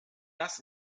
das